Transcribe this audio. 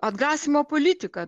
atgrasymo politika